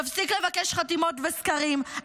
תפסיק לבקש חתימות וסקרים.